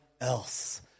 else